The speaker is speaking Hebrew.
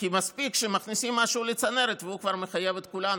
כי מספיק שמכניסים משהו לצנרת והוא כבר מחייב את כולנו.